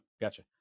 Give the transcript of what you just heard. Gotcha